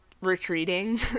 retreating